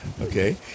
Okay